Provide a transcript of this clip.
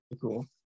cool